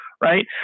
right